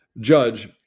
judge